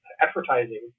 advertising